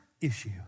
issue